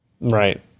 right